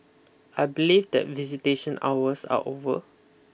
I believe that visitation hours are over